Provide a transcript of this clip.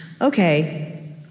okay